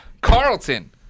Carlton